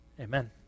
Amen